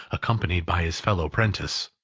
accompanied by his fellow-'prentice.